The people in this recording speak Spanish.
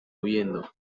huyendo